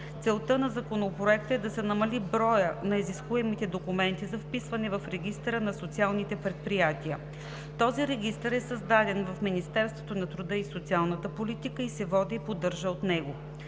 Целта на Законопроекта е да се намали броят на изискуемите документи за вписване в Регистъра на социалните предприятия. Този регистър е създаден в Министерството на труда и социалната политика и се води и поддържа от него.